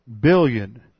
billion